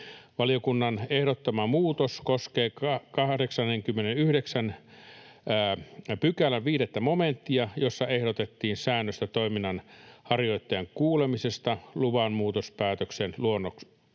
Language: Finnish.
Valiokunnan ehdottama muutos koskee 89 §:n 5 momenttia, jossa ehdotettiin säännöstä toiminnanharjoittajan kuulemisesta luvan muutospäätöksen luonnoksesta.